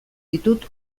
ditut